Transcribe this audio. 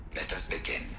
let us begin